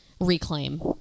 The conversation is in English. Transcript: reclaim